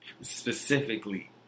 specifically